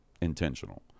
intentional